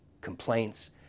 complaints